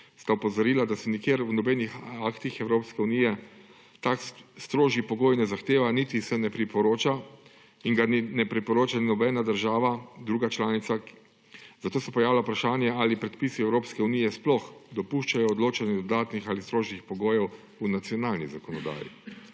sta opozorila, da se nikjer v nobenih aktih Evropske unije tak strožji pogoj ne zahteva, niti se ne priporoča in ga ne priporoča nobena država druga članica, zato se pojavlja vprašanje, ali predpisi Evropske unije sploh dopuščajo odločanje o dodatnih ali strožjih pogojev v nacionalni zakonodaji.